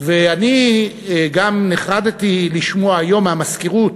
ואני גם נחרדתי לשמוע היום מהמזכירות,